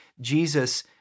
Jesus